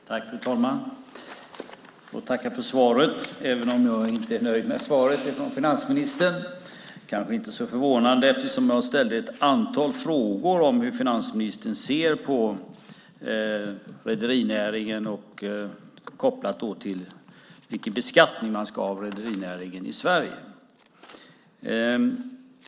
Fru talman! Jag tackar för svaret, även om jag inte är nöjd med svaret från finansministern. Det kanske inte är så förvånande eftersom jag ställde ett antal frågor om hur finansministern ser på rederinäringen, kopplat till vilken beskattning man ska ha av rederinäringen i Sverige.